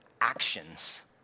actions